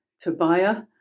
Tobiah